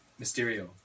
Mysterio